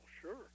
sure